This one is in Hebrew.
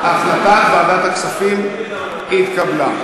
החלטת ועדת הכספים התקבלה.